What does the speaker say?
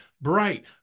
bright